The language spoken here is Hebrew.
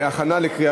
נתקבלה.